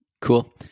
Cool